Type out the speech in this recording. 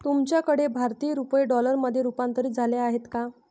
तुमच्याकडे भारतीय रुपये डॉलरमध्ये रूपांतरित झाले आहेत का?